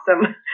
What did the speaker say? awesome